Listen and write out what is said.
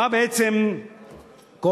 מה בעצם קורה?